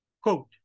Quote